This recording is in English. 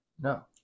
No